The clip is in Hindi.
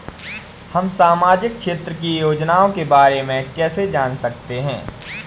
हम सामाजिक क्षेत्र की योजनाओं के बारे में कैसे जान सकते हैं?